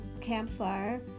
campfire